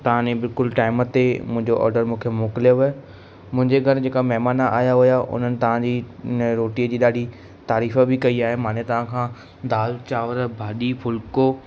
ताने बिल्कुल टाइम ते मुंहिंजो ऑडर मूंखे मोकिलियव मुंहिंजे घर जेका महिमान आयां हुया उन्हनि तव्हांजी इन रोटीअ जी ॾाढी तारीफ़ बि कई आहे माने तव्हांखा दालि चावर भाॼी फुल्को